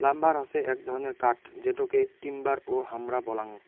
lumber হসে এক ধরণের কাঠ যেটোকে টিম্বার ও হামরা বলাঙ্গ